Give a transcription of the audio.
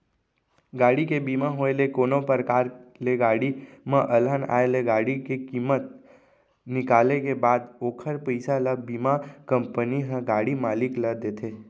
गाड़ी के बीमा होय ले कोनो परकार ले गाड़ी म अलहन आय ले गाड़ी के कीमत निकाले के बाद ओखर पइसा ल बीमा कंपनी ह गाड़ी मालिक ल देथे